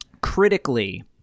critically